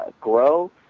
grow